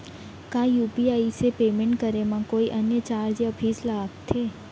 का यू.पी.आई से पेमेंट करे म कोई अन्य चार्ज या फीस लागथे?